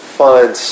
find